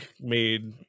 made